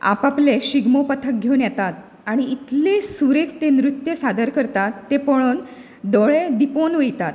आपआपले शिगमो पथक घेवन येतात आनी इतले सुरेख ते नृत्य सादर करतात ते पळोवन दोळे दिपोवन वयतात